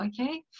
Okay